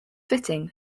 fitting